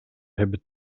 hebben